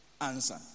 Answer